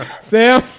Sam